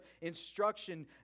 instruction